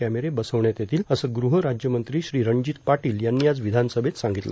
कॅमेरे बसवण्यात येतील असं गृह राज्यमंत्री श्री रणजित पाटील यांनी आज विधानसभेत सांगितलं